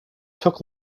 took